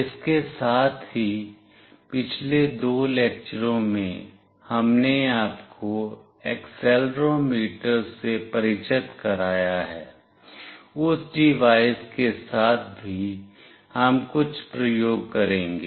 इसके साथ ही पिछले दो लेक्चरों में हमने आपको एक्सेलेरोमीटर से परिचित कराया है उस डिवाइस के साथ भी हम कुछ प्रयोग करेंगे